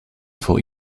vor